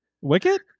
Wicket